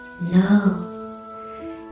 no